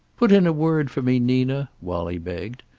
put in a word for me, nina, wallie begged.